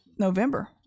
November